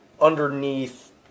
underneath